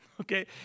okay